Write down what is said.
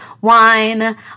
wine